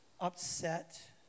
upset